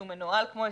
שהוא מנוהל כמו עסק,